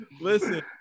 Listen